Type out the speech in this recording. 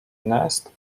nest